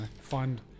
Find